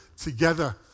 together